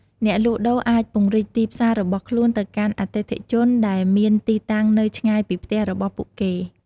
អ្នកលក់ដូរអាចពង្រីកទីផ្សាររបស់ខ្លួនទៅកាន់អតិថិជនដែលមានទីតាំងនៅឆ្ងាយពីផ្ទះរបស់ពួកគេ។